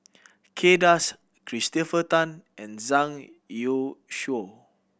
Kay Das Christopher Tan and Zhang Youshuo